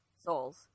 souls